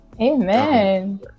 Amen